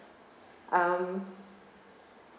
um